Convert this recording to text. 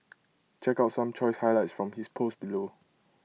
check out some choice highlights from his post below